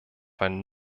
ein